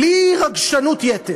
בלי רגשנות יתר,